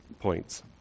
points